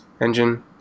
Engine